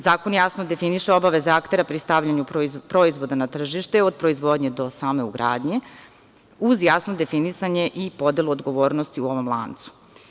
Zakon jasno definiše obaveze aktera pri stavljanju proizvoda na tržište od proizvodnje do same ugradnje uz jasno definisanje i podelu odgovornosti u ovom lancu.